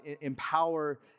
empower